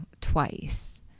twice